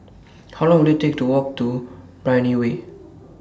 How Long Will IT Take to Walk to Brani Way